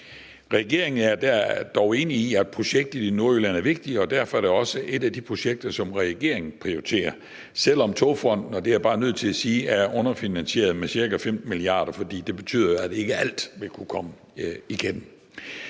Regeringen er dog enig i, at projektet i Nordjylland er vigtigt. Derfor er det også et af de projekter, som regeringen prioriterer, selv om Togfonden DK – og det er jeg bare nødt til at sige – er underfinansieret med ca. 15 mia. kr., og det betyder, at ikke alt vil kunne komme igennem.